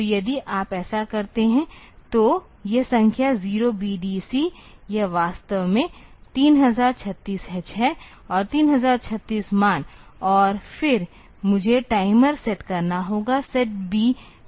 तो यदि आप ऐसा करते हैं तो यह संख्या 0BDC यह वास्तव में 3036 H है 3036 मान और फिर मुझे टाइमर सेट करना होगा SETB TR0